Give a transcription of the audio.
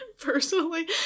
Personally